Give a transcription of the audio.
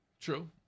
True